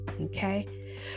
okay